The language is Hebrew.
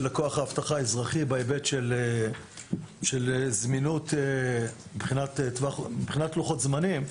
כוח האבטחה האזרחי בהיבט של זמינות בלוח הזמנים.